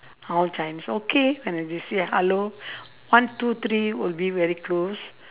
all chinese okay and then they say hello one two three will be very close